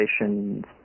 relations